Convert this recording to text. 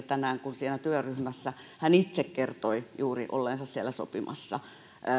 tänään kuin oli siinä työryhmässä hän itse juuri kertoi olleensa siellä sopimassa